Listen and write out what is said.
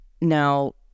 Now